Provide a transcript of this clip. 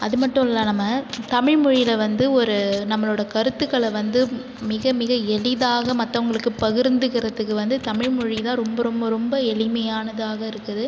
அது மட்டும் இல்லை நம்ம தமிழ் மொழியில வந்து ஒரு நம்பளோட கருத்துக்களை வந்து மிக மிக எளிதாக மற்றவுங்களுக்குப் பகிர்ந்துக்குறதுக்கு வந்து தமிழ் மொழிதான் ரொம்ப ரொம்ப ரொம்ப எளிமையானதாக இருக்குது